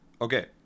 Okay